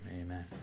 Amen